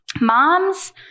moms